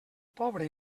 pobre